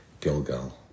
Gilgal